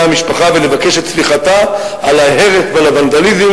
המשפחה ולבקש את סליחתה על ההרס ועל הוונדליזם,